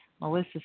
Melissa